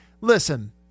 listen